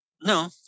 No